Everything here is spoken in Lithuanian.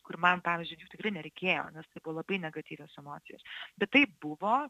kur man pavyzdžiui jų tikrai nereikėjo nes tai buvo labai negatyvios emocijos bet tai buvo